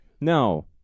No